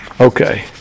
Okay